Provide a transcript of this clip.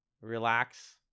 Relax